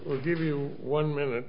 will give you one minute